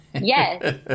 yes